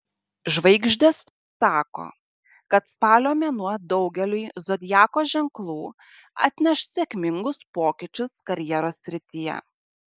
žvaigždės sako kad spalio mėnuo daugeliui zodiako ženklų atneš sėkmingus pokyčius karjeros srityje